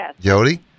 Jody